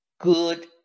good